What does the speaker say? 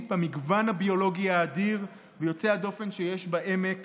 במגוון הביולוגי האדיר ויוצא הדופן שיש בעמק